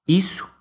Isso